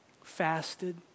fasted